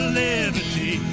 liberty